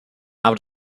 aber